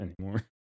anymore